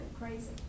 crazy